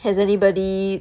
has anybody